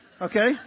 Okay